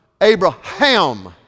Abraham